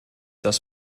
das